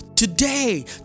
Today